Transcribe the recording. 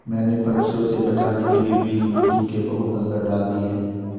मैंने पंछियों से बचाने के लिए बीज मिट्टी के बहुत अंदर डाल दिए हैं